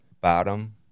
Bottom